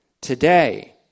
today